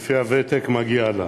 לפי הוותק מגיע לה.